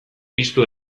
piztu